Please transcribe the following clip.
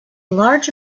large